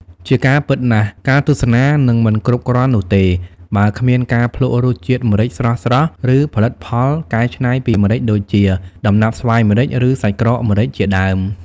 ជាការពិតណាស់ ការទស្សនានឹងមិនគ្រប់គ្រាន់នោះទេ បើគ្មានការភ្លក្សរសជាតិម្រេចស្រស់ៗ ឬផលិតផលកែច្នៃពីម្រេចដូចជា ដំណាប់ស្វាយម្រេច ឬសាច់ក្រកម្រេចជាដើម។